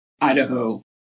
Idaho